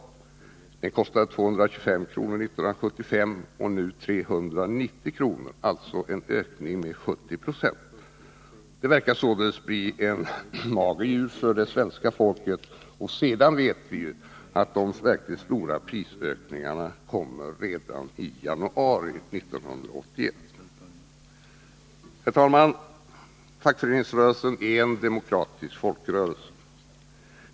Priset var 225 kr. 1975 och nu 390 kr. — alltså en ökning med 70 Ze. Det verkar således bli en mager jul för svenska folket. Och vi vet ju också att de verkligt stora prisökningarna kommer redan i januari 1981. Herr talman! Fackföreningsrörelsen är en demokratisk folkrörelse.